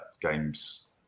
games